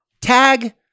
tag